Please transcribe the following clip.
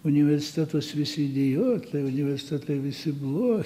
universitetuos visi idiotai universitetai visi blo